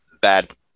Bad